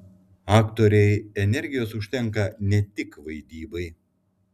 aktorei energijos užtenka ne tik vaidybai